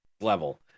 level